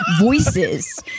voices